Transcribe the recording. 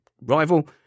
rival